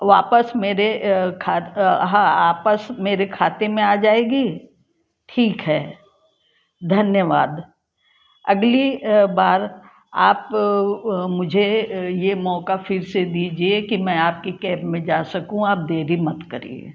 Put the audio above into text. वापस मेरे खा हाँ आपस मेरे खाते में आ जाएगी ठीक है धन्यवाद अगली बार आप मुझे ये मौक़ा फिर से दीजिए कि मैं आपकी कैब में जा सकूँ आप देरी मत करिए